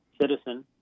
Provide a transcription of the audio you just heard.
citizen